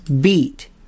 beat